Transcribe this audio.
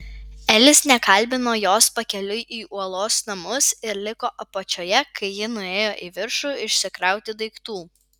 elis nekalbino jos pakeliui į uolos namus ir liko apačioje kai ji nuėjo į viršų išsikrauti daiktų